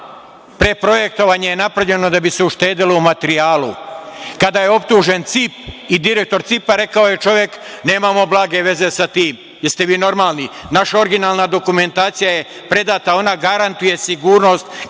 Preprojektovanje je napravljeno da bi se uštedelo u materijalu. Kada je optužen CIP i direktor CIP-a, rekao je čovek – nemamo blage veze sa tim, jeste li vi normalni, naša originalna dokumentacija je predata i ona garantuje sigurnost,